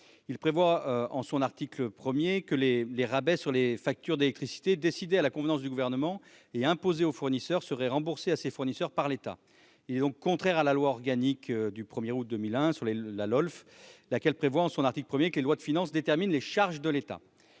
Il prévoit en effet, en son 1°, que les rabais sur les factures d'électricité, décidés à la convenance du Gouvernement et imposés aux fournisseurs, seraient remboursés à ces fournisseurs par l'État. Il est donc contraire à la loi organique du 1 août 2001 sur les lois de finances (Lolf), qui prévoit, en son article 1, que les lois de finances déterminent les charges de l'État.